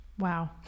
wow